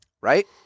Right